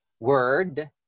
word